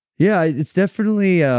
yeah, it's definitely